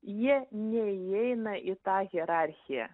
jie neįeina į tą hierarchiją